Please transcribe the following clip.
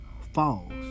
falls